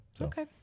okay